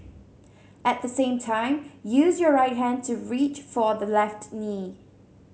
at the same time use your right hand to reach for the left knee